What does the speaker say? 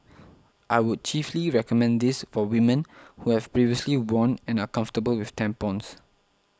I would chiefly recommend this for women who have previously worn and are comfortable with tampons